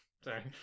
Sorry